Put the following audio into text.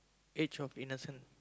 age of innocence